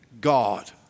God